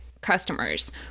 customers